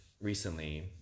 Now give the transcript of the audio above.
recently